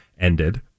ended